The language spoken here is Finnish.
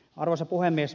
arvoisa puhemies